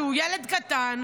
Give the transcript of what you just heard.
שהוא ילד קטן,